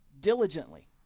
Diligently